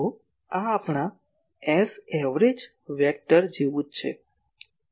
તો આ આપણા Saverage વેક્ટર જેવું જ છે